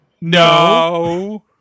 No